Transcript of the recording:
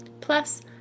plus